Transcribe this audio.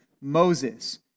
Moses